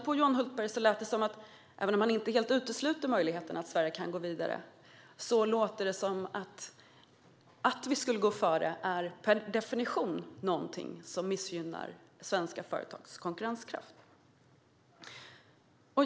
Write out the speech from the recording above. På Johan Hultberg lät det som att han inte helt utesluter möjligheten att Sverige går vidare men att gå före per definition är någonting som missgynnar svenska företags konkurrenskraft.